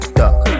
duck